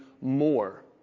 more